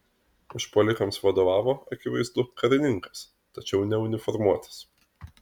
užpuolikams vadovavo akivaizdu karininkas tačiau neuniformuotas